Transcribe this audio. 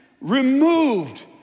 removed